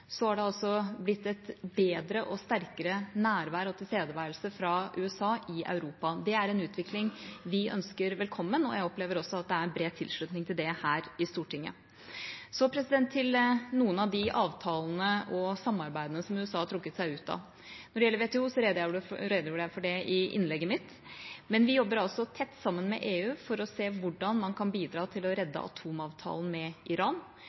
det blitt et bedre og sterkere nærvær og tilstedeværelse fra USA i Europa. Det er en utvikling vi ønsker velkommen, og jeg opplever også at det er bred tilslutning til det her i Stortinget. Så til noen av de avtalene og samarbeidene som USA har trukket seg ut av. Når det gjelder WTO, redegjorde jeg for det i innlegget mitt, men vi jobber tett sammen med EU for å se hvordan man kan bidra til å redde atomavtalen med Iran.